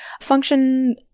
function